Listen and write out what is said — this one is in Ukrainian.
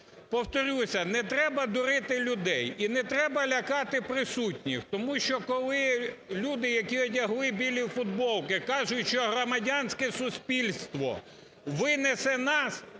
Повторюся, не треба дурити людей і не треба лякати присутніх, тому що, коли люди, які одягли білі футболки кажуть, що громадянське суспільство винесе нас,